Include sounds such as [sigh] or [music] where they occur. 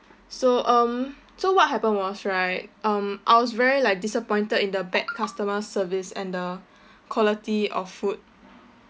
so um so what happened was right um I was very like disappointed in the bad customer service and the [breath] quality of food